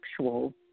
sexual